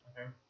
Okay